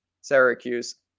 Syracuse